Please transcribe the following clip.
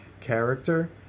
character